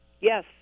Yes